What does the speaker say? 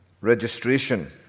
registration